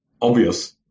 obvious